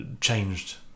changed